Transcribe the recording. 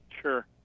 Sure